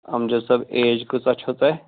Amjad sir ایٚج کۭژاہ چھَو تۄہہِ